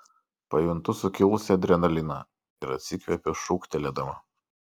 pajuntu sukilusį adrenaliną ir atsikvepiu šūktelėdama